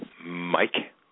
Mike